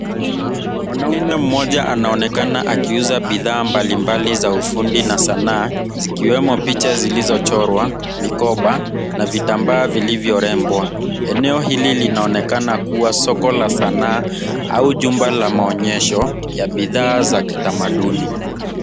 Mwanaume mmoja anaonekana akiuza bidhaa mbalimbali za ufundi, na sanaa, zikiwemo picha zilizochorwa, mikoba na vitambaa vilivyorembwa. Eneo hili linaonekana kuwa soko la sanaa, au jumba la maonyesho ya bidhaa za kitamaduni.